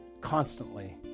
constantly